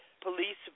police